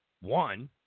one